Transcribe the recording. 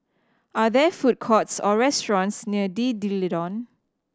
are there food courts or restaurants near D D'Leedon